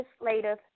Legislative